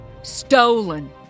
stolen